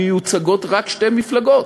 מיוצגות רק שתי מפלגות,